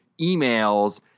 emails